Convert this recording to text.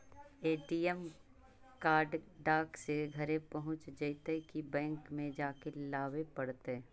ATM card डाक से घरे पहुँच जईतै कि बैंक में जाके लाबे पड़तै?